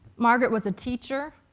margaret was a teacher,